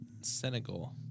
Senegal